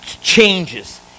changes